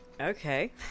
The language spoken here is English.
Okay